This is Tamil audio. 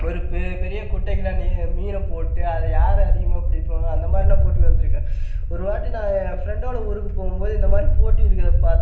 ஒரு பெ பெரிய குட்டைக்குள்ளே நெ மீனைப் போட்டு அது யார் அதிகமாக பிடிப்பாங்க அந்த மாதிரின்னா போட்டி வந்திருக்கு ஒருவாட்டி நான் என் ஃப்ரெண்டோடய ஊருக்கு போகும்போது இந்த மாதிரி போட்டி இருக்கிறத பார்த்தேன்